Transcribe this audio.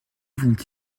vont